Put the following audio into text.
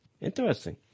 Interesting